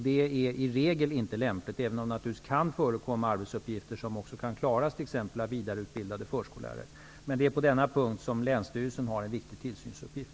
Det är i regel inte lämpligt, även om det naturligtvis kan förekomma arbetsuppgifter som kan klaras också av vidareutbildade förskollärare. Men det är på denna punkt som länsstyrelserna har en viktig tillsynsuppgift.